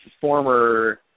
former